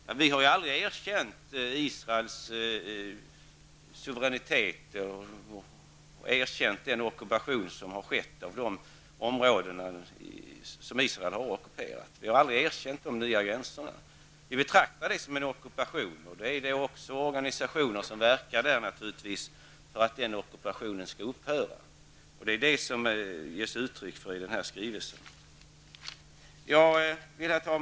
Sverige har aldrig erkänt Israels suveränitet över de områden som Israel har ockuperat. Vi har aldrig erkänt de nya gränserna. Vi betraktar detta som en ockupation, och det finns naturligtvis också organisationer som verkar för att ockupationen skall upphöra. Det är detta som regeringen ger uttryck för i denna skrivelse. Herr talman!